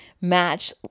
match